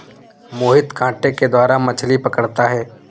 मोहित कांटे के द्वारा मछ्ली पकड़ता है